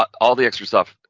but all the extra stuff,